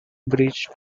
bridge